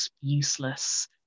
useless